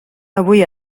avui